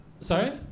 Sorry